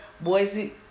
Boise